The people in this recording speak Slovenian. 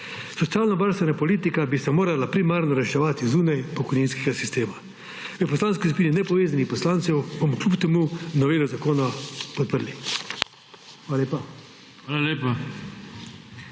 Socialnovarstvena politika bi se morala primarno reševati zunaj pokojninskega sistema. V Poslanski skupini nepovezanih poslancev bomo kljub temu novelo zakona podprli. Hvala lepa.